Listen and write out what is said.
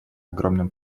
огромным